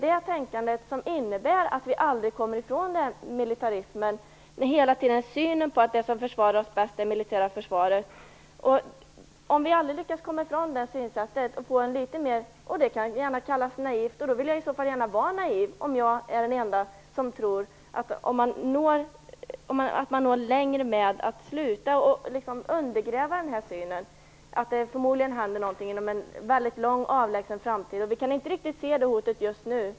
Det tänkandet innebär att vi aldrig kommer ifrån militarismen när synen hela tiden är att det som försvarar oss är det militära försvaret. Att vi aldrig lyckas komma ifrån det synsättet och komma litet närmare, om det nu kallas så, naivt! Då vill jag gärna vara naiv och tro att vi når längre med att sluta undergräva den synen. Det handlar om en väldigt avlägsen framtid. Vi kan inte riktigt se det hotet just nu.